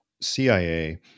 CIA